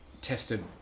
tested